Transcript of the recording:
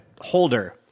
holder